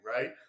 Right